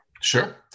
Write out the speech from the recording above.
Sure